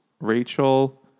Rachel